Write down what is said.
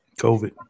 COVID